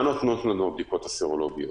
מה נותנות לנו הבדיקות הסרולוגיות?